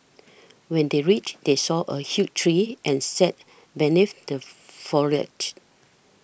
when they reached they saw a huge tree and sat beneath the foliage